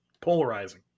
Polarizing